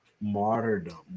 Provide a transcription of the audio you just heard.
martyrdom